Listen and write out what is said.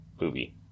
movie